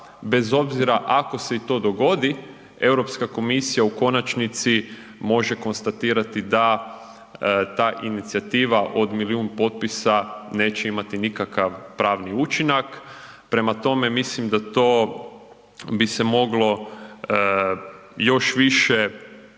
bez obzira ako se i to dogodi Europska komisija u konačnici može konstatirati da ta inicijativa od milijun potpisa neće imati nikakav pravni učinak. Prema tome mislim da to bi se moglo još više